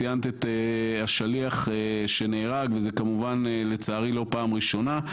ציינת את השליח שנהרג וזו כמובן לצערי לא הפעם הראשונה.